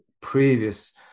previous